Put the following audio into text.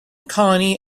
colony